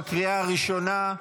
בקריאה הראשונה.